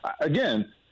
again –